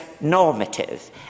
normative